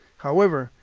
however,